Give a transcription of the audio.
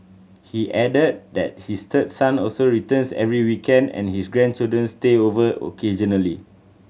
he added that his third son also returns every weekend and his grandchildren stay over occasionally